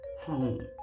home